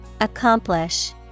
Accomplish